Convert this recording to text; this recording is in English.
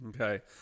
Okay